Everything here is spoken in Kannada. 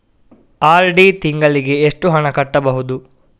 ಆರ್.ಡಿ ತಿಂಗಳಿಗೆ ಎಷ್ಟು ಹಣ ಕಟ್ಟಬಹುದು?